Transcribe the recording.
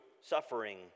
suffering